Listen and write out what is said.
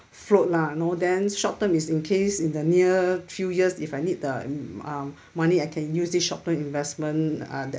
float lah no then short term is in case in the near few years if I need the mm um money I can use the short-term investment uh that